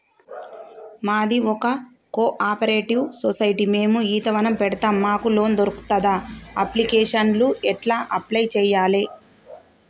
మాది ఒక cooperative society మేము ఈత వనం పెడతం మాకు లోన్ దొర్కుతదా? అప్లికేషన్లను ఎట్ల అప్లయ్ చేయాలే?